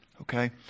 Okay